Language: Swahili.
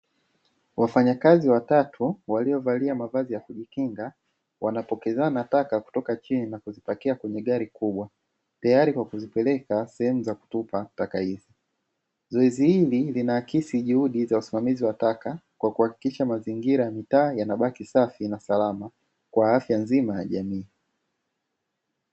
Wafanyakazi watatu waliovalia mavazi ya kujikinga wanapokezana taka kutoka chini na kuzipakia kwenye gari kubwa, tayari kwa kuzipeleka sehemu za kutupa taka hizi. Zoezi hili linaakisi juhudi za usimamizi wa taka kwa kuhakikisha mazingira ya mitaa yanabaki safi na salama kwa afya nzima ya jamii.